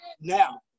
now